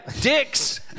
dicks